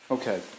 Okay